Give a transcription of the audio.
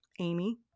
Amy